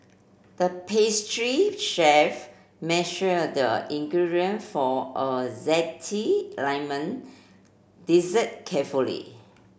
the pastry chef measured the ingredient for a zesty lemon dessert carefully